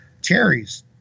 Cherries